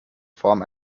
form